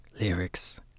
Lyrics